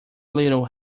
little